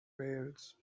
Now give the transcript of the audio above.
wales